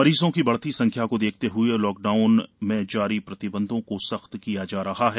मरीजों की बढ़ती संख्या को देखते हुए लॉकडाउन में जारी प्रतिबंधों को सख्त किया जा रहा है